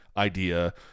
Idea